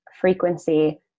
frequency